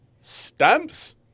Stamps